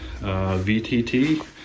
VTT